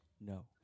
No